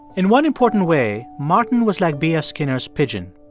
in one important way, martin was like b f. skinner's pigeon.